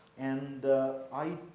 and i,